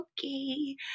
Okay